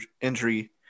injury